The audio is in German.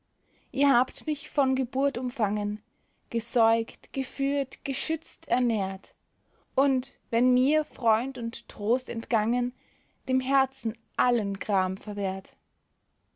ihr habt mich von geburt umfangen gesäugt geführt geschützt ernährt und wenn mir freund und trost entgangen dem herzen allen gram verwehrt